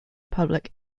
public